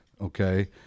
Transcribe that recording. okay